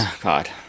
God